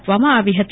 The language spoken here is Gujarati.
આપવામાં આવી હતી